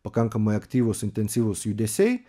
pakankamai aktyvūs intensyvūs judesiai